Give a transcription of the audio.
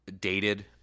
dated